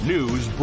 News